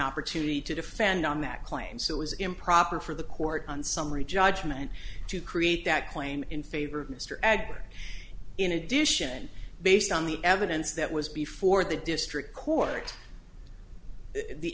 opportunity to defend on that claim so it was improper for the court on summary judgment to create that claim in favor of mr adler in addition based on the evidence that was before the district court the